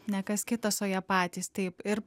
ne kas kitas o jie patys taip ir